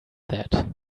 that